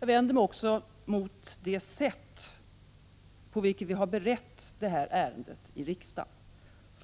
Jag vänder mig mot sättet att bereda detta ärende här i riksdagen.